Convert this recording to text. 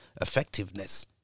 effectiveness